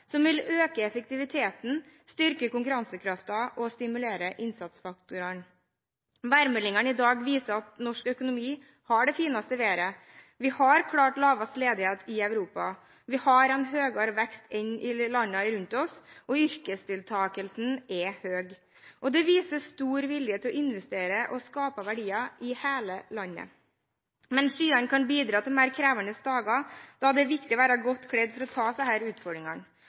som vil øke effektiviteten, styrke konkurransekraften og stimulere innsatsfaktorene. Værmeldingene i dag viser at norsk økonomi har det fineste været. Vi har klart lavest ledighet i Europa, vi har en høyere vekst enn landene rundt oss, og yrkesdeltakelsen er høy. Det vises stor vilje til å investere og skape verdier i hele landet. Men skyene kan bidra til mer krevende dager da det er viktig å være godt kledd for å ta disse utfordringene.